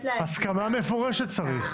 הסכמה מפורשת של התושב.